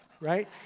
right